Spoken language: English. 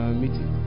meeting